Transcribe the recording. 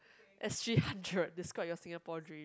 S_G hundred describe your Singapore dream